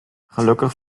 gelukkig